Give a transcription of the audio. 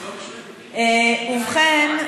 ובכן,